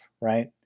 right